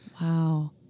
Wow